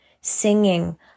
singing